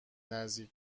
نزدیک